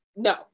No